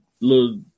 little